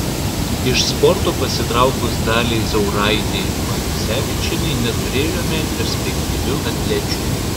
iš sporto pasitraukus daliai zauraitei matusevičienei neturėjome perspektyvių atlečių